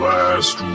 Last